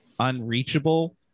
unreachable